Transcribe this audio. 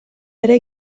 ere